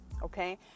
okay